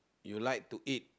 you like to eat